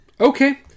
Okay